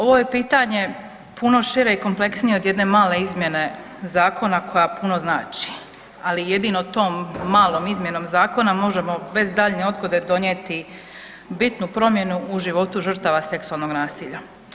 Ovo je pitanje puno šire i kompleksnije od jedne male izmjene zakona koja puno znači, ali jedinom tom malom izmjenom zakona možemo bez daljnje odgode donijeti bitnu promjenu u životu žrtava seksualnog nasilja.